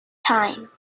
time